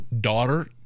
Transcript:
daughter